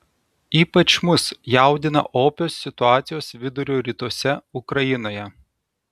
ypač mus jaudina opios situacijos vidurio rytuose ukrainoje